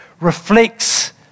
reflects